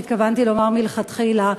שהתכוונתי לומר מלכתחילה.